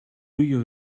you